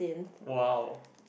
!wow!